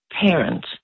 parent